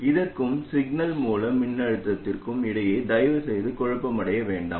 இதற்கும் சிக்னல் மூல மின்னழுத்தத்திற்கும் இடையே தயவுசெய்து குழப்பமடைய வேண்டாம்